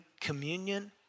Communion